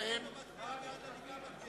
אל תטעו אותי, אני מבקש לדעת מי משיב מטעם הממשלה.